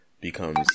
Becomes